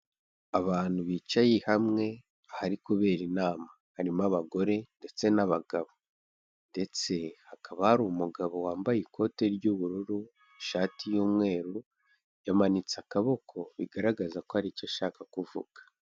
Abantu bicaye hamwe hari kubera inama, harimo abagore ndetse n'abagabo ndetse hakaba hari umugabo wambaye ikote ry'ubururu, ishati y'umweru, yamanitse akaboko bigaragaza ko hari icyo ashaka kuvuga.